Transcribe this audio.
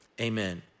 amen